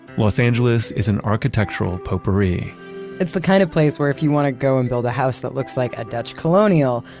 los angeles is an architectural potpourri it's the kind of place where if you want to go and build a house that looks like a dutch colonial,